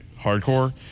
Hardcore